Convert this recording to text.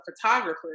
photographer